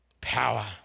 power